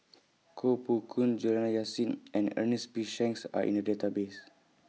Koh Poh Koon Juliana Yasin and Ernest P Shanks Are in The Database